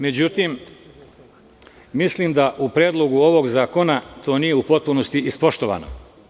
Međutim, mislim da u predlogu ovog zakona to nije u potpunosti ispoštovano.